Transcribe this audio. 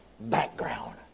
background